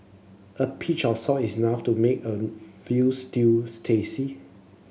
a pinch of salt is enough to make a veal stews tasty